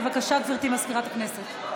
בבקשה, גברתי מזכירת הכנסת.